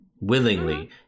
willingly